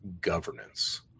governance